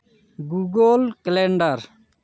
Google calendar